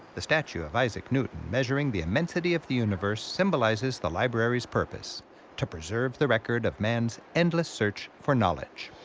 the statue of isaac newton measuring the immensity of the universe symbolizes the library's purpose to preserve the record of man's endless search for knowledge.